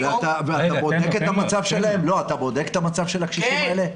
ואתה בודק את המצב של הקשישים האלה?